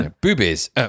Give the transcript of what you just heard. Boobies